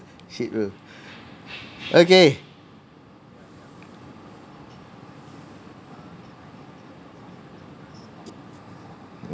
shit bro okay